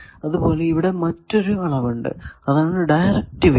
അതുപോലെ ഇവിടെ മറ്റൊരു അളവുണ്ട് അതാണ് ഡയറക്ടിവിറ്റി